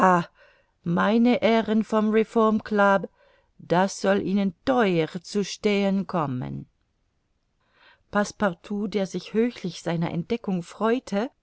meine herren vom reformclub das soll ihnen theuer zu stehen kommen passepartout der sich höchlich seiner entdeckung freute